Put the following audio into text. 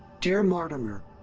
dear mortimer,